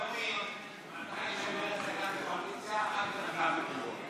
זהו מבחן, מבחן לכולנו.)